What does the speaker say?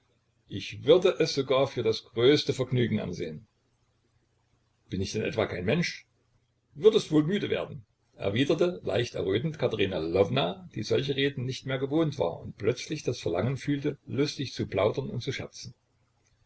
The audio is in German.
ich würde es sogar für das größte vergnügen ansehen bin ich denn etwa kein mensch würdest wohl müde werden erwiderte leicht errötend katerina lwowna die solche reden nicht mehr gewohnt war und plötzlich das verlangen fühlte lustig zu plaudern und zu scherzen